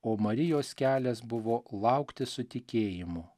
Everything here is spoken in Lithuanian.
o marijos kelias buvo laukti su tikėjimu